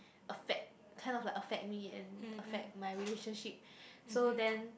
affect kind of like affect me and affect my relationship so then